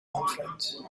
conference